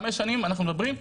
חמש שנים אנחנו מדברים,